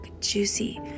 juicy